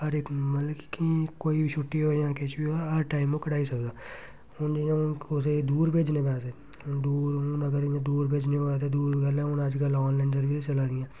हर इक मतलब कि कोई बी छुट्टी होऐ जां किश बी होऐ हर टाइम ओह् कढाई सकदा हून जियां हून कुसै गी दूर भेजने पैसे हून दूर अगर हून दूर भेजने होऐ ते दूर पैह्लै हून अज्जकल आनलाइन सर्विस चला दियां